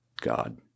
God